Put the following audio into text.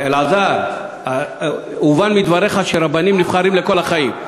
אלעזר, הובן מדבריך שרבנים נבחרים לכל החיים.